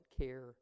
care